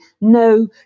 no